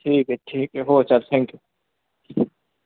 ठीक आहे ठीक आहे हो चालेल थँक्यू